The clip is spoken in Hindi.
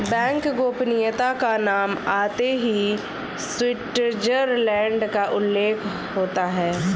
बैंक गोपनीयता का नाम आते ही स्विटजरलैण्ड का उल्लेख होता हैं